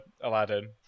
Aladdin